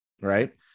right